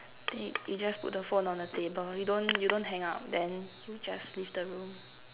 then you just put the phone on the table you don't you don't hang up then you just leave the room